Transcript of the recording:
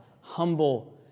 Humble